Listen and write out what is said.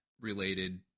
related